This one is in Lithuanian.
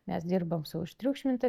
mes dirbam su užtriukšminta